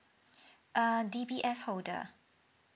err D_B_S holder